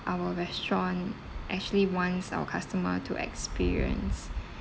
our restaurant actually wants our customer to experience